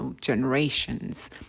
generations